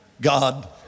god